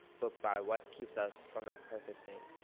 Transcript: but by what keeps us from that perfect thing.